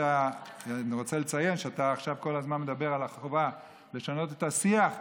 אתה כל הזמן מדבר על החובה לשנות את השיח.